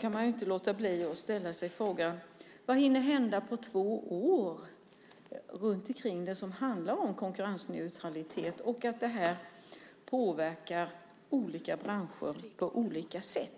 kan man inte låta bli att ställa sig frågan: Vad hinner hända på två år i fråga om konkurrensneutralitet och att det påverkar olika branscher på olika sätt?